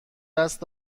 دست